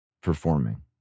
performing